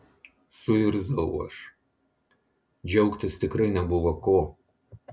suirzau aš džiaugtis tikrai nebuvo ko